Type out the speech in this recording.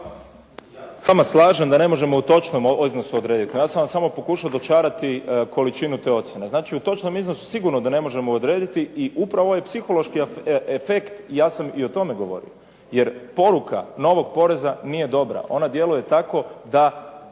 ja se s vama slažem da ne možemo u točnom iznosu odrediti. No ja sam vam samo pokušao dočarati količinu te ocjene. Znači, u točnom iznosu sigurno da ne možemo odrediti i upravo ovaj psihološki efekt ja sam i o tome govorio jer poruka novog poreza nije dobra, ona djeluje tako da